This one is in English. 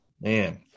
man